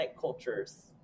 cultures